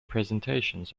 presentations